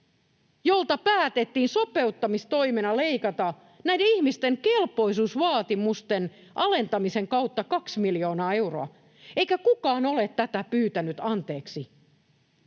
jolta päätettiin sopeuttamistoimena leikata näiden ihmisten kelpoisuusvaatimusten alentamisen kautta kaksi miljoonaa euroa, eikä kukaan ole tätä pyytänyt anteeksi.